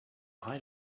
height